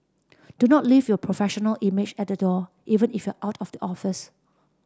do not leave your professional image at the door even if you are out of the office